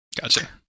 Gotcha